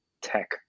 tech